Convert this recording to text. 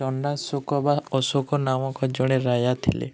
ଚଣ୍ଡାଶୋକ ବା ଅଶୋକ ନାମକ ଜଣେ ରାଜା ଥିଲେ